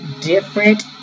Different